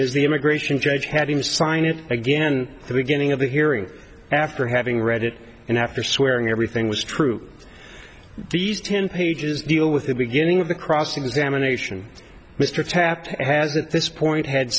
is the immigration judge had him sign it again the beginning of the hearing after having read it and after swearing everything was true these ten pages deal with the beginning of the cross examination mr taft has at this point had